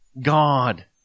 God